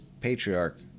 Patriarch